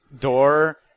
door